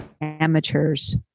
amateur's